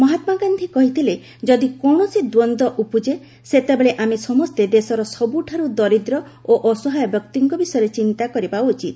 ମହାତ୍ଲାଗାନ୍ଧୀ କହିଥିଲେ ଯଦି କୌଣସି ଦ୍ୱନ୍ଦ ଉପୁଜେ ସେତେବେଳେ ଆମେ ସମସ୍ତେ ଦେଶର ସବୁଠାରୁ ଦରିଦ୍ର ଓ ଅସହାୟ ବ୍ୟକ୍ତିଙ୍କ ବିଷୟରେ ଚିନ୍ତା କରିବା ଉଚିତ